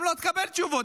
גם לא תקבל תשובות.